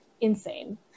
Insane